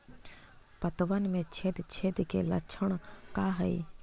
पतबन में छेद छेद के लक्षण का हइ?